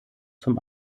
zum